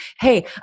hey